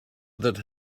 that